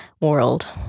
world